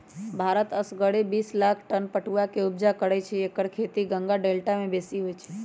भारत असगरे बिस लाख टन पटुआ के ऊपजा करै छै एकर खेती गंगा डेल्टा में बेशी होइ छइ